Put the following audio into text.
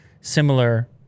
similar